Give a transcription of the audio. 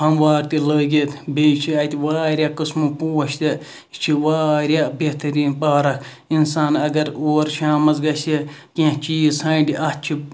پھمبوار تہِ لٲگِتھ بییٚہِ چھِ اَتہِ واریاہ قٕسمہٕ پوش تہِ یہِ چھِ واریاہ بہترین پارَک اِنسان اَگر اور شامَس گَژھِ کینٛہہ چیٖز ژھانڈِ اَتھ چھِ